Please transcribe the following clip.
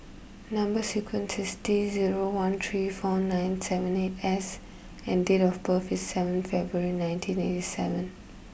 number is T zero one three four nine seven eight S and date of birth is seven February nineteen eighty seven